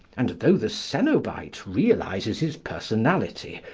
and though the cenobite realises his personality,